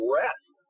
rest